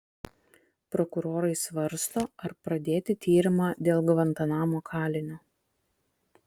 prokurorai svarsto ar pradėti tyrimą dėl gvantanamo kalinio